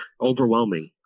overwhelming